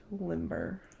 limber